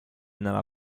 nella